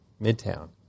Midtown